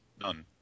none